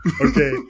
okay